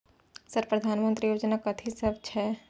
Sir प्रधानमंत्री योजना कथि सब छै?